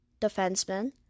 defenseman